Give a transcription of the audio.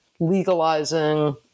legalizing